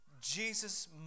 Jesus